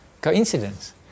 coincidence